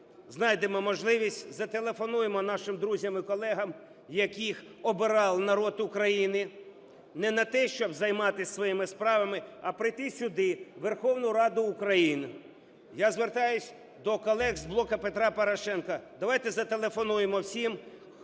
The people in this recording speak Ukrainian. знайдемо можливість, зателефонуємо нашим друзям і колегам, яких обирав народ України не на те, щоб займатися своїми справами, а прийти сюди, у Верховну Раду України. Я звертаюсь до колег з "Блоку Петра Порошенка", давайте зателефонуємо всім